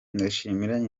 ndashimira